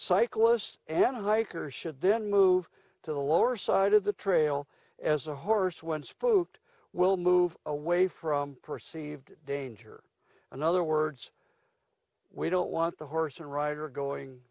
cyclists and then hikers should then move to the lower side of the trail as a horse when spoked will move away from perceived danger in other words we don't want the horse and rider going